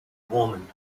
woman